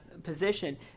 Position